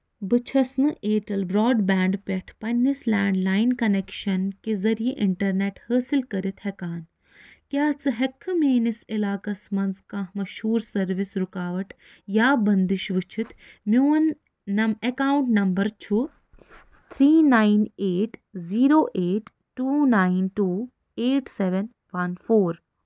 بہٕ چھس نہٕ ایرٹیل براڈبینڈ پؠٹھٕ پننس لینڈلایِن کنکشن کہ ذٔریعہٕ انٹرنیٹ حٲصل کٔرتھ ہیٚکان کیٛاہ ژٕ ہؠکہٕ میٲنس علاقس منٛز کانٛہہ مشہوٗر سروس رکاوٹ یا بندش ؤچھتھ میون اکاونٹ نمبر چھُ three nine eight zero eight two nine two eight seven one four